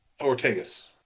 Ortegas